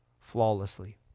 flawlessly